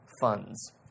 funds